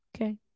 okay